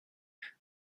and